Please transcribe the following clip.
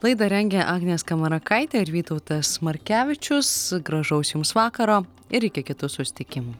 laidą rengė agnė skamarakaitė ir vytautas markevičius gražaus jums vakaro ir iki kitų susitikimų